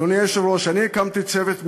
אדוני היושב-ראש, אני הקמתי צוות מקצועי,